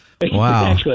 Wow